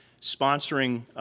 sponsoring